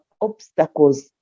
obstacles